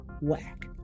whack